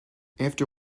after